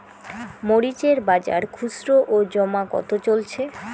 মরিচ এর বাজার খুচরো ও জমা কত চলছে?